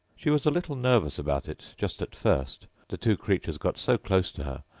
she was a little nervous about it just at first, the two creatures got so close to her,